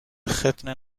ختنه